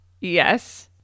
yes